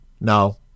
No